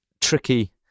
tricky